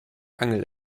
angel